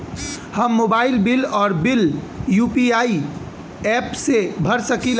हम mobile bill और bill UPI app से भर सकिला